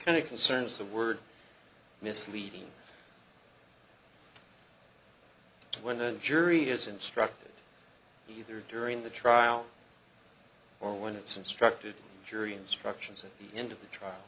of concerns the word misleading when the jury is instructed either during the trial or when it's instructed the jury instructions in the end of the trial